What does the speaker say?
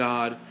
God